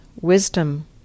wisdom